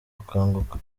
gukanguka